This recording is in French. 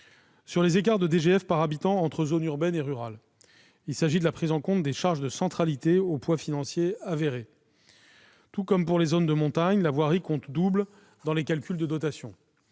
Sur les écarts de DGF par habitant entre zones urbaines et rurales, il s'agit de la prise en compte des charges de centralité, dont le poids financier est avéré. Tout comme pour les zones de montagne, la voirie compte double dans les calculs de dotation.